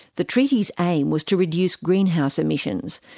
the treaty's aim was to reduce greenhouse emissions,